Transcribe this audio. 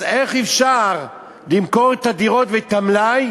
אז איך אפשר למכור את הדירות ואת המלאי